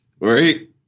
Right